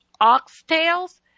oxtails